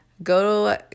go